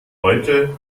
heute